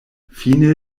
fine